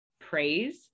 praise